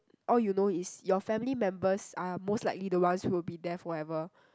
all you know is your family members are most likely the ones who will be there forever